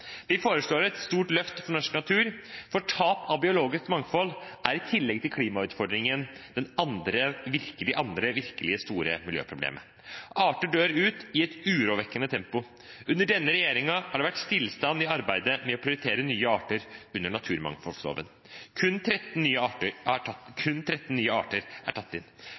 Vi foreslår et stort løft for norsk natur, for tap av biologisk mangfold er i tillegg til klimautfordringen det andre virkelig store miljøproblemet. Arter dør ut i et urovekkende tempo. Under denne regjeringen har det vært stillstand i arbeidet med å prioritere nye arter under naturmangfoldloven. Kun 13 nye arter er tatt